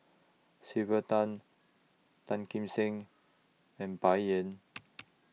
Sylvia Tan Tan Kim Seng and Bai Yan